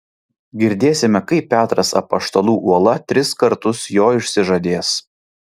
girdėsime kaip petras apaštalų uola tris kartus jo išsižadės